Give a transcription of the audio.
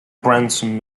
branson